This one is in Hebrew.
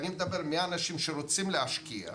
ואני מדבר מהאנשים שרוצים להשקיע,